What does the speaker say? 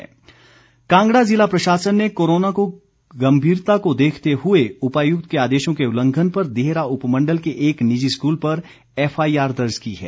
FIR Kangra ज़िला प्रशासन ने कोरोना की गम्भीरता को देखते हुए उपायुक्त के आदेशों के उल्लंघन पर देहरा उपमण्डल के एक निजी स्कूल पर एफआईआर दर्ज की है